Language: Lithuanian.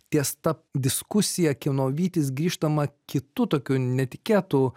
ties ta diskusija kieno vytis grįžtama kitu tokiu netikėtu